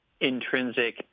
intrinsic